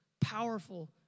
powerful